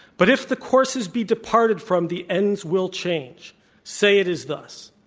but if the courses be departed from, the ends will change say it is thus.